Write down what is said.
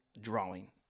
drawing